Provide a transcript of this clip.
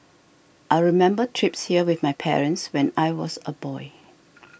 I remember trips here with my parents when I was a boy